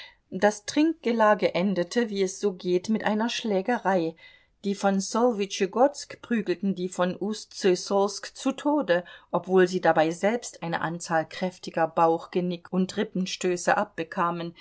das trinkgelage endete wie es so geht mit einer schlägerei die von ssolwytschegodsk prügelten die von ustsyssolsk zu tode obwohl sie dabei selbst eine anzahl kräftiger bauch genick und rippenstöße abbekamen